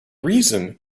reason